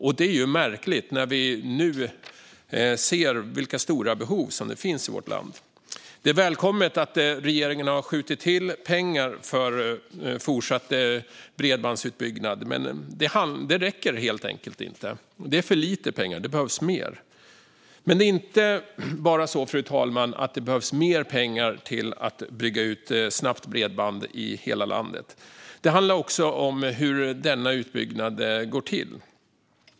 Det är märkligt, när vi nu ser vilka stora behov det finns i vårt land. Det är välkommet att regeringen har skjutit till pengar för fortsatt bredbandsutbyggnad, men det räcker helt enkelt inte. Det är för lite pengar. Det behövs mer. Men det är inte bara så, fru talman, att det behövs mer pengar till att bygga ut snabbt bredband i hela landet, det handlar också om hur denna utbyggnad går till.